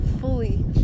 fully